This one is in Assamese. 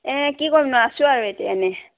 এই কি কৰিমনো আছোঁ আৰু এতিয়া এনেই